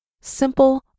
simple